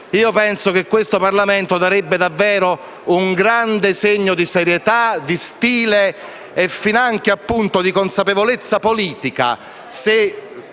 penso che questo Parlamento darebbe davvero un grande segno di serietà, di stile e finanche, appunto, di consapevolezza politica